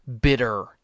bitter